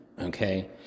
okay